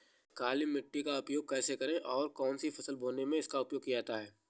काली मिट्टी का उपयोग कैसे करें और कौन सी फसल बोने में इसका उपयोग किया जाता है?